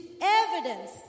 evidence